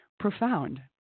profound